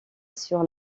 sur